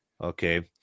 Okay